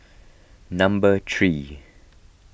number three